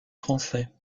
français